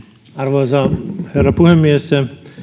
arvoisa herra puhemies